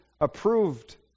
Approved